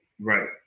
Right